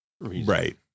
right